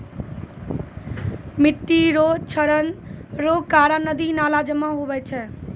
मिट्टी रो क्षरण रो कारण नदी नाला जाम हुवै छै